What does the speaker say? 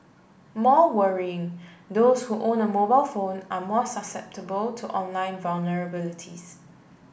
more worrying those who own a mobile phone are more susceptible to online vulnerabilities